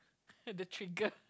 the trigger